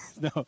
no